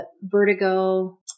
Vertigo